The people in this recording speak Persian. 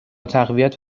تقویت